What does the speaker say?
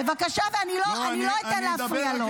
בבקשה, ואני לא אתן להפריע לו.